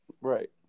right